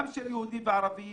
גם של יהודים וערבים